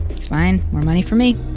it's fine. more money for me